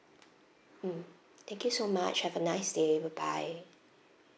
mm thank you so much have a nice day bye bye